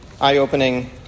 eye-opening